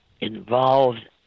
involved